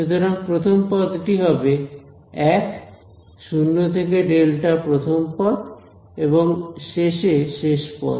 সুতরাং প্রথম পদটি হবে 1 0 থেকে ডেল্টা প্রথম পদ এবং শেষে শেষ পদ